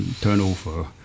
turnover